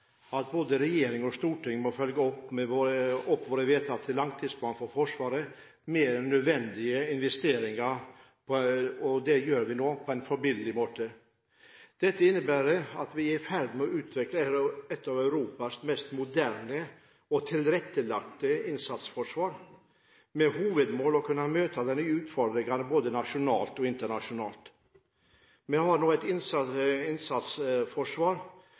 at både regjering og storting må følge opp vår vedtatte langtidsplan for Forsvaret med nødvendige investeringer – det gjør vi nå på en forbilledlig måte. Dette innebærer at vi er i ferd med å utvikle et av Europas mest moderne og tilrettelagte innsatsforsvar, med det hovedmål å kunne møte nye utfordringer både nasjonalt og internasjonalt. Vi har nå et innsatsforsvar